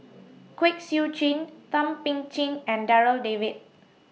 Kwek Siew Jin Thum Ping Tjin and Darryl David